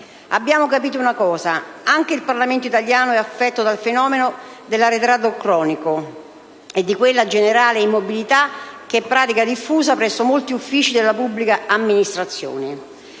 Abbiamo capito una cosa: anche il Parlamento italiano è affetto dal fenomeno dell'«arretrato cronico» e di quella generale immobilità che è pratica diffusa presso molti uffici della pubblica amministrazione.